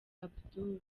abdul